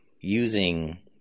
using